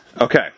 Okay